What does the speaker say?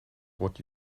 what